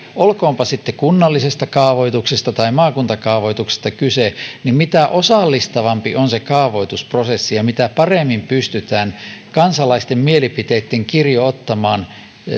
olkoonpa sitten kunnallisesta kaavoituksesta tai maakuntakaavoituksesta kyse mitä osallistavampi on se kaavoitusprosessi ja mitä paremmin pystytään kansalaisten mielipiteitten kirjo ottamaan